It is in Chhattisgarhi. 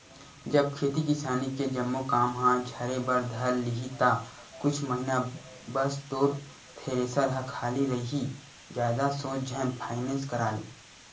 जब खेती किसानी के जम्मो काम ह झरे बर धर लिही ता कुछ महिना बस तोर थेरेसर ह खाली रइही जादा सोच झन फायनेंस करा ले